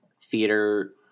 theater